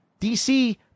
DC